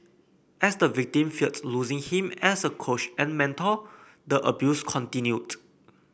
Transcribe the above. as the victim feared losing him as a coach and mentor the abuse continued